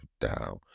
down